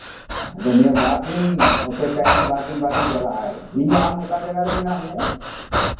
ᱟᱫᱚ ᱱᱤᱭᱟᱹ ᱵᱟᱨ ᱫᱤᱱ ᱦᱚᱛᱮᱛᱮ ᱤᱧᱦᱚᱸ ᱵᱟᱫ ᱤᱧ ᱪᱟᱞᱟᱜᱼᱟ ᱤᱧ ᱟᱢ ᱚᱠᱟ ᱡᱟᱭᱜᱟ ᱨᱮ ᱢᱮᱱᱟᱜ ᱢᱮᱭᱟ